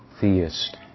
theist